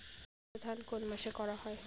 বোরো ধান কোন মাসে করা হয়?